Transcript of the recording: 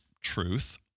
truth